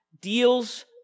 deals